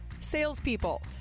Salespeople